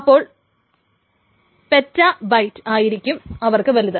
അപ്പോൾ petabyte ആയിരിക്കും അവർക്ക് വലുത്